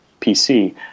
PC